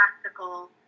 practical